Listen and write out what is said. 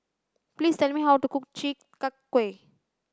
please tell me how to cook chi kak kuih